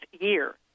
year